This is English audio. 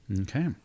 Okay